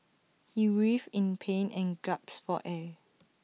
he writhed in pain and gasped for air